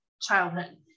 childhood